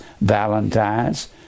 valentine's